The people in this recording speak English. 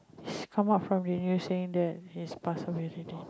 came up from the news saying that he is passed away today